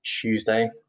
Tuesday